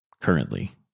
Currently